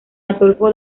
adolfo